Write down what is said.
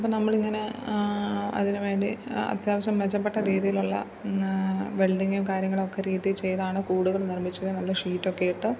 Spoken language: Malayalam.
അപ്പം നമ്മളിങ്ങനെ അതിനുവേണ്ടി അത്യാവശ്യം മെച്ചപ്പെട്ട രീതിയിലുള്ള വെൽഡിങ്ങും കാര്യങ്ങളും ഒക്കെ രീതിയിൽ ചെയ്താണ് കൂടുകൾ നിർമ്മിച്ച് നല്ല ഷീറ്റൊക്കെ ഇട്ട്